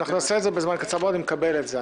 נעשה את זה בזמן קצר מאוד, אני מקבל את זה.